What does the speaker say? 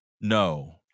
No